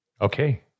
Okay